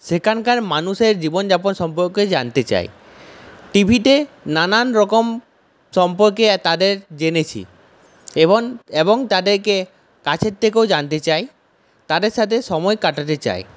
সেখানকার মানুষের জীবনযাপন সম্পর্কে জানতে চাই টি ভিতে নানারকম সম্পর্কে তাদের জেনেছি এবং এবং তাদেরকে কাছের থেকেও জানতে চাই তাদের সাথে সময় কাটাতে চাই